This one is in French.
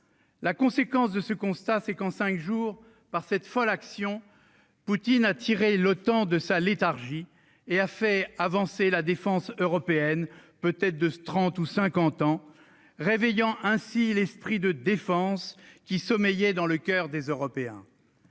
La conséquence de ce constat, c'est qu'en cinq jours, par cette folle action, Poutine a tiré l'OTAN de sa léthargie. Il a fait avancer la défense européenne de trente ou cinquante ans, en réveillant l'esprit de défense qui sommeillait dans le coeur des Européens.